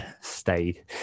Stayed